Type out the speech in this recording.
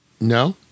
No